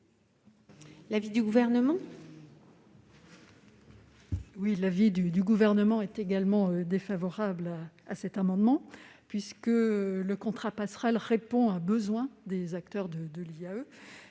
l'avis du Gouvernement ?